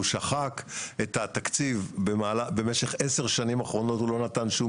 הוא שחק את התקציב במשך עשר השנים האחרונות הוא לא נתן שום